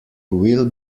we’ll